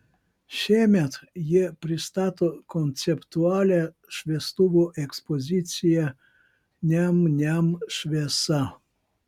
šiemet jie pristato konceptualią šviestuvų ekspoziciją niam niam šviesa